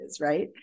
right